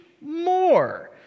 more